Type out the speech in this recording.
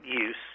use